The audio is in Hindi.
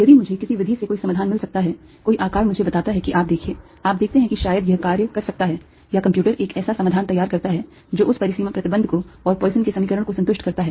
यदि मुझे किसी विधि से कोई समाधान मिल सकता है कोई आकर मुझे बताता है कि आप देखिए आप देखते हैं कि शायद यह कार्य कर सकता है या कंप्यूटर एक ऐसा समाधान तैयार करता है जो उस परिसीमा प्रतिबंध को और पॉइसन के समीकरण को संतुष्ट करता है